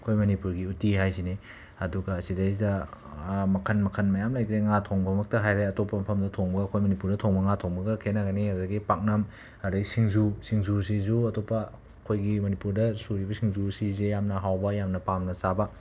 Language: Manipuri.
ꯑꯩꯈꯣꯏ ꯃꯅꯤꯄꯨꯔꯒꯤ ꯎꯇꯤ ꯍꯥꯏꯕꯁꯤꯅꯤ ꯑꯗꯨꯒ ꯑꯁꯤꯗꯩꯁꯤꯗ ꯃꯈꯜ ꯃꯈꯜ ꯃꯌꯥꯝ ꯂꯩꯒ꯭ꯔꯦ ꯉꯥ ꯊꯣꯡꯕꯃꯛꯇ ꯍꯥꯏꯔꯦ ꯑꯇꯣꯞꯄ ꯃꯐꯝꯗ ꯊꯣꯡꯕꯒ ꯑꯩꯈꯣꯏ ꯃꯅꯤꯄꯨꯔꯗ ꯊꯣꯡꯕ ꯉꯥ ꯊꯣꯡꯕꯒ ꯈꯦꯠꯅꯒꯅꯤ ꯑꯗꯨꯗꯨꯒꯤ ꯄꯥꯛꯅꯝ ꯑꯗꯒꯤ ꯁꯤꯡꯖꯨ ꯁꯤꯡꯖꯨꯁꯤꯁꯨ ꯑꯇꯣꯞꯄ ꯑꯩꯈꯣꯏꯒꯤ ꯃꯅꯤꯄꯨꯔꯗ ꯁꯨꯔꯤꯕ ꯁꯤꯡꯖꯨ ꯁꯤꯁꯦ ꯌꯥꯝꯅ ꯍꯥꯎꯕ ꯌꯥꯝꯅ ꯄꯥꯝꯅ ꯆꯥꯕ